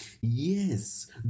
Yes